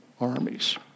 armies